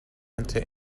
into